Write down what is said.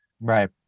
right